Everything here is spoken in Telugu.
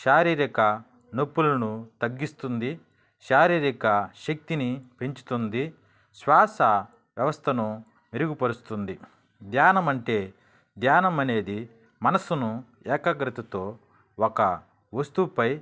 శారీరక నొప్పులను తగ్గిస్తుంది శారీరక శక్తిని పెంచుతుంది శ్వాస వ్యవస్థను మెరుగుపరుస్తుంది ధ్యానం అంటే ధ్యానం అనేది మనసును ఏకాగ్రతతో ఒక వస్తువుపై